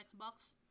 Xbox